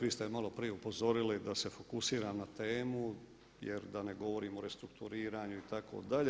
Vi ste maloprije upozorili da se fokusiramo na temu jer da ne govorimo o restrukturiranju itd.